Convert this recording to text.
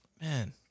Man